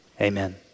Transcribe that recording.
Amen